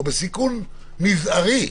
או בסיכון מזערי,